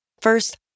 First